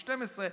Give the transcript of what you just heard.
12,